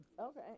Okay